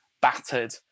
battered